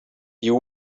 you